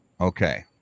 Okay